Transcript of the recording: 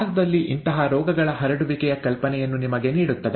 ಭಾರತದಲ್ಲಿ ಇಂತಹ ರೋಗಗಳ ಹರಡುವಿಕೆಯ ಕಲ್ಪನೆಯನ್ನು ನಿಮಗೆ ನೀಡುತ್ತದೆ